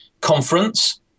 conference